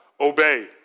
Obey